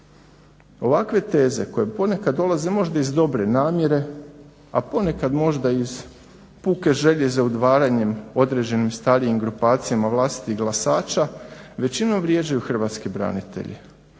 Ovakve teze koje ponekad dolaze možda iz dobre namjere, a ponekad možda iz puke želje za udvaranjem određenim Staljin grupacijama vlastitih glasača, većinom vrijeđaju hrvatske branitelje